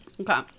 Okay